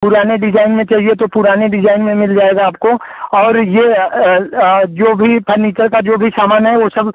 पुराने डिजाइन में चाहिए तो पुराने डिजाइन में मिल जाएगा आपको और यह जो भी फर्नीचर का जो भी सामान है वह सब